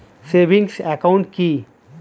Savings account কি?